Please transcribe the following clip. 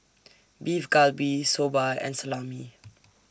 Beef Galbi Soba and Salami